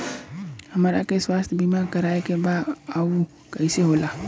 हमरा के स्वास्थ्य बीमा कराए के बा उ कईसे होला?